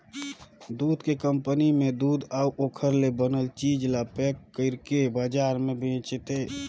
दूद के कंपनी में दूद अउ ओखर ले बनल चीज ल पेक कइरके बजार में बेचथे